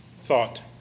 thought